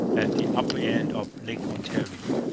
at the upper end of lake ontario,